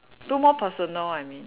two more personal I mean